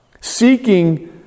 seeking